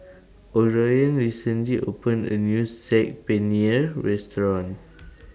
Orion recently opened A New Saag Paneer Restaurant